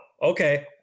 Okay